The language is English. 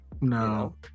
No